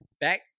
Back